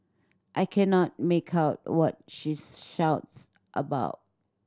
I cannot make out what she shouts about